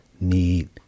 need